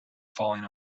falling